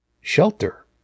shelter